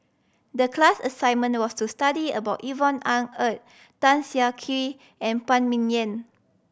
the class assignment was to study about Yvonne Ng Uhde Tan Siah Kwee and Phan Ming Yen